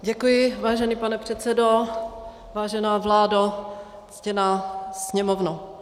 Děkuji, vážený pane předsedo, vážená vládo, ctěná Sněmovno.